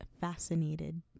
Fascinated